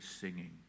singing